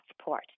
support